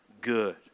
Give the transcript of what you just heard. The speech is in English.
good